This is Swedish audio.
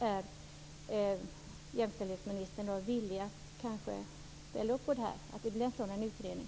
Är jämställdhetsministern villig att tillsätta en sådan utredning?